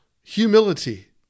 humility